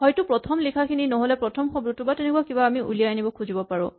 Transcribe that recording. হয়তো প্ৰথম লিখাখিনি নহ'লে প্ৰথম শব্দটো বা তেনেকুৱা কিবাকিবি আমি উলিয়াই আনিব খুজিব পাৰো